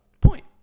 point